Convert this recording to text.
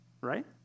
right